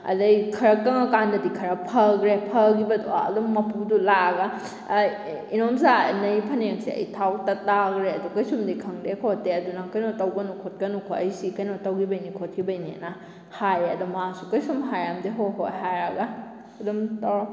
ꯑꯗꯨꯗꯩ ꯈꯔ ꯀꯪꯉꯀꯥꯟꯗꯗꯤ ꯈꯔ ꯐꯈꯔꯦ ꯐꯈꯤꯕꯗꯣ ꯑꯗꯨꯝ ꯃꯄꯨꯗꯣ ꯂꯥꯛꯑꯒ ꯏꯗꯣꯝꯆꯥ ꯅꯩꯏ ꯐꯅꯦꯛꯁꯦ ꯑꯩ ꯊꯥꯎ ꯇꯥꯈꯔꯦ ꯑꯗꯨ ꯀꯩꯁꯨꯝꯗꯤ ꯈꯪꯗꯦ ꯈꯣꯠꯇꯦ ꯑꯗꯨ ꯅꯪ ꯀꯩꯅꯣ ꯇꯧꯒꯅꯨ ꯈꯣꯠꯀꯅꯨꯀꯣ ꯑꯩꯁꯤ ꯀꯩꯅꯣ ꯇꯧꯈꯤꯕꯒꯤꯅꯤ ꯈꯣꯠꯈꯤꯕꯒꯤꯅꯤꯅ ꯍꯥꯏꯌꯦ ꯑꯗꯨ ꯃꯥꯁꯨ ꯀꯩꯁꯨꯝ ꯍꯥꯏꯔꯝꯗꯦ ꯍꯣ ꯍꯣ ꯍꯥꯏꯔꯒ ꯑꯗꯨꯝ ꯇꯧꯔꯣ